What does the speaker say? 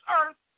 earth